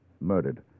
Murdered